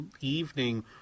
evening